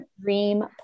Dream